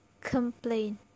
complain